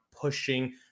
pushing